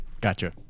Gotcha